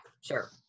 sure